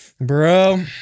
bro